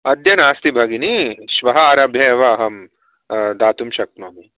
अद्य नास्ति भगिनी श्वः आरभ्य एव अहं दातुं शक्नोमि